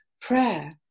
prayer